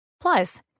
Plus